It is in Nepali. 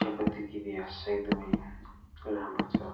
चियापत्तीको इतिहास चाहिँ एकदमै राम्रो छ